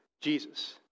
Jesus